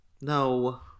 No